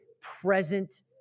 present